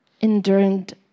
endured